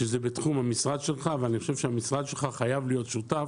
שזה בתחום המשרד שלך ואני חושב שהמשרד שלך חייב להיות שותף